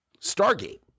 Stargate